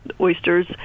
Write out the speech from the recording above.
Oysters